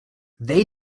they